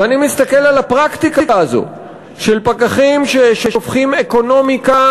ואני מסתכל על הפרקטיקה הזאת של פקחים ששופכים אקונומיקה